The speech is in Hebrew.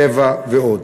טבע ועוד.